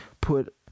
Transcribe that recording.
put